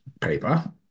paper